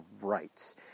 rights